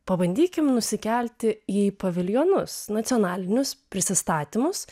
pabandykim nusikelti į paviljonus nacionalinius prisistatymus